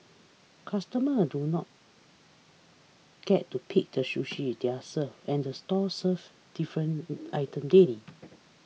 customers do not get to pick the sushi they are served and the store serves different items daily